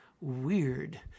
Weird